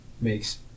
makes